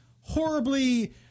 horribly